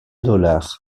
dollar